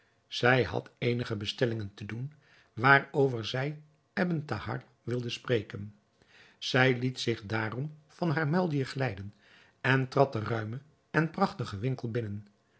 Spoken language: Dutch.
zij had eenige bestellingen te doen waarover zij ebn thahar wilde spreken zij liet zich daarom van haar muildier glijden en trad den ruimen en prachtigen winkel binnen